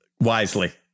wisely